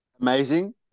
Amazing